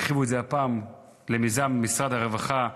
הרחיבו את זה הפעם למיזם משרד הרווחה,